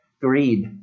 greed